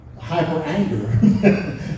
hyper-anger